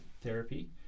Therapy